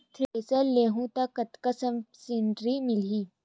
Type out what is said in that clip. Thresher लेहूं त कतका सब्सिडी मिलही?